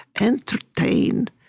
entertain